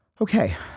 Okay